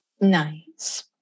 Nice